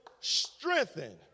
strengthen